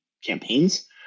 campaigns